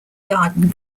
garden